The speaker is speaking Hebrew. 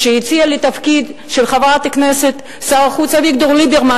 כשהציע לי תפקיד של חברת כנסת שר החוץ אביגדור ליברמן,